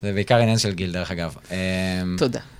זה בעיקר עניין של גיל דרך אגב תודה.